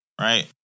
right